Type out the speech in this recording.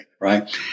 right